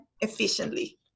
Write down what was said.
efficiently